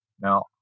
Now